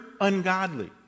ungodly